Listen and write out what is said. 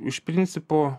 iš principo